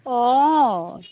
অঁ